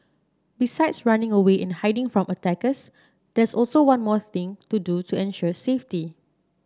besides running away and hiding from attackers there's also one more thing to do to ensure safety